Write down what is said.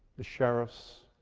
the sheriffs,